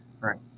right